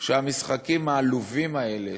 שהמחקים העלובים האלה,